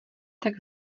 tak